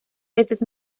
veces